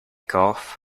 cough